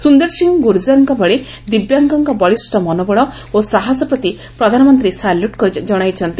ସୁନ୍ଦର ସିଂ ଗୁର୍ଜରଙ୍କ ଭଳି ଦିବ୍ୟାଙ୍ଗଙ୍କ ବଳିଷ ମନୋବଳ ଓ ସାହସ ପ୍ରତି ପ୍ରଧାନମନ୍ତୀ ସାଲ୍ୟୁଟ୍ ଜଣାଇଛନ୍ତି